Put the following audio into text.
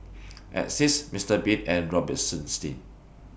Asics Mister Bean and Robitussin